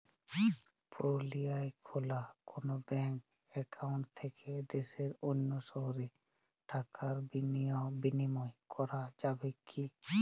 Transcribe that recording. পুরুলিয়ায় খোলা কোনো ব্যাঙ্ক অ্যাকাউন্ট থেকে দেশের অন্য শহরে টাকার বিনিময় করা যাবে কি?